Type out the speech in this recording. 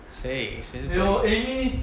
谁谁是 perlyn